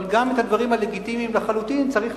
אבל גם את הדברים הלגיטימיים לחלוטין צריך